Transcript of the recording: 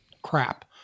crap